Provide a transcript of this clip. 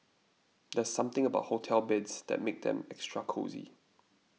there's something about hotel beds that makes them extra cosy